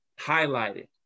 highlighted